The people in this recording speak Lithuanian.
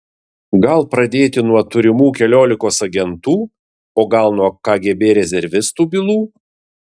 gal pradėti nuo turimų keliolikos agentų o gal nuo kgb rezervistų bylų